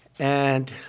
and